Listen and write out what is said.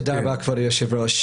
תודה רבה, כבוד היושב-ראש.